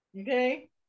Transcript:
Okay